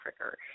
Africa